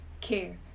care